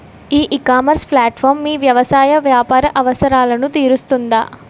ఈ ecommerce platform మీ వ్యవసాయ వ్యాపార అవసరాలను తీరుస్తుందా?